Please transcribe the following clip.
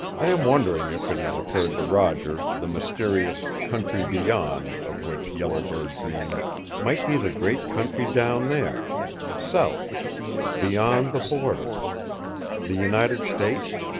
i am wondering if it has occurred to roger the mysterious country beyond of which yellow bird dreamed might be the great country down there south beyond the border the united states?